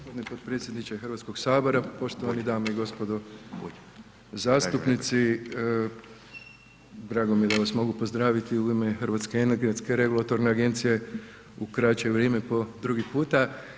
Poštovani potpredsjedniče Hrvatskog sabora, poštovane dame i gospodo zastupnici, drago mi je da vas mogu pozdraviti u ime Hrvatske energetske regulatorne agencije u kraće vrijeme po drugi puta.